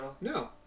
No